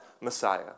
Messiah